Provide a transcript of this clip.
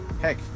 Heck